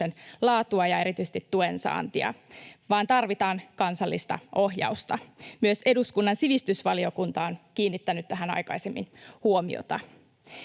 laatua ja erityisesti tuen saantia, vaan tarvitaan kansallista ohjausta. Myös eduskunnan sivistysvaliokunta on kiinnittänyt tähän aikaisemmin huomiota.